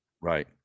Right